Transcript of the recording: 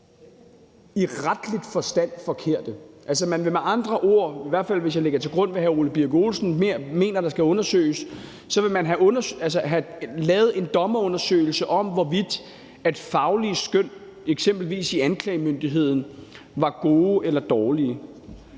i retlig forstand. Altså, man vil med andre ord – i hvert fald hvis jeg lægger til grund, hvad hr. Ole Birk Olesen mener der skal undersøges – have lavet en dommerundersøgelse af, hvorvidt faglige skøn eksempelvis hos anklagemyndigheden var gode eller dårlige.